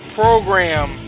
program